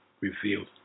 revealed